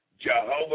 Jehovah